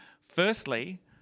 Firstly